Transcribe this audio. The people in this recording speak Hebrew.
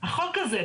החוק הזה,